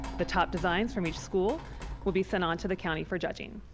the top designs from each school will be sent on to the county for judging.